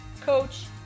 Coach